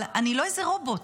אבל אני לא איזה רובוט